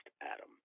Adam